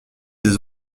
des